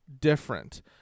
different